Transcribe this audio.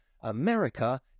America